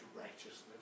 righteousness